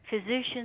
physicians